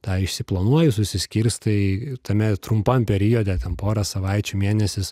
tą išsiplanuoji susiskirstai tame trumpam periode ten pora savaičių mėnesis